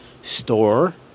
store